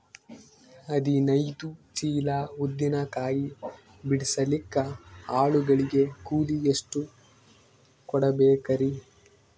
ಹದಿನೈದು ಚೀಲ ಉದ್ದಿನ ಕಾಯಿ ಬಿಡಸಲಿಕ ಆಳು ಗಳಿಗೆ ಕೂಲಿ ಎಷ್ಟು ಕೂಡಬೆಕರೀ?